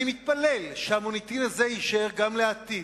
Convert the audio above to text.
אני מתפלל שהמוניטין הזה יישאר גם לעתיד.